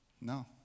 No